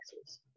texas